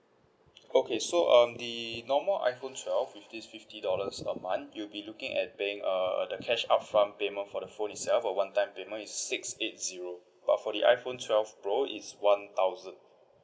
okay so um the normal iphone twelve fifty it's fifty dollars a month you be looking at paying uh the cash upfront payment for the phone itself for one time payment is six eight zero but for the iphone twelve pro is one thousand